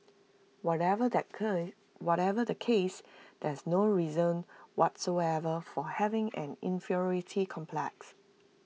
whatever the whatever the case there's no reason whatsoever for having an inferiority complex